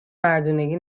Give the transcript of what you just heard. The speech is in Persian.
مردونگی